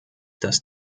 dass